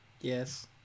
Yes